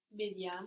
Vediamo